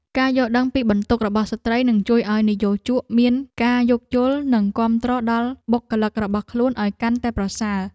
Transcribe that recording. ការយល់ដឹងពីបន្ទុករបស់ស្ត្រីនឹងជួយឱ្យនិយោជកមានការយោគយល់ និងគាំទ្រដល់បុគ្គលិករបស់ខ្លួនឱ្យកាន់តែប្រសើរ។